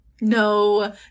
No